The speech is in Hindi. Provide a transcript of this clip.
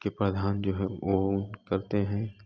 के प्रधान जो है वो करते हैं